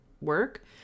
work